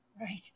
Right